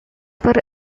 for